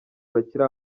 bakiri